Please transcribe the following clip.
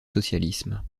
socialisme